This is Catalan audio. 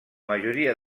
majoria